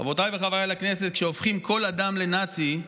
חברותיי וחבריי לכנסת, כשהופכים כל אדם לנאצי,